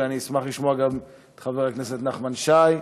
ואני אשמח לשמוע גם את חבר הכנסת נחמן שי,